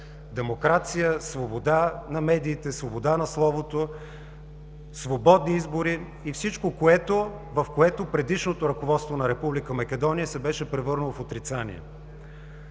демокрация, свобода на медиите, свобода на словото, свободни избори и всичко, в което предишното ръководство на Република Македония се беше превърнало в отрицание.